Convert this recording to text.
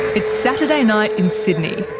it's saturday night in sydney,